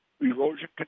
Erosion